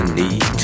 need